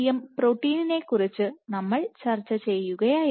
M പ്രോട്ടീനിനെക്കുറിച്ച് നമ്മൾ ചർച്ച ചെയ്യുകയായിരുന്നു